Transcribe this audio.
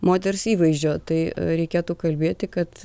moters įvaizdžio tai reikėtų kalbėti kad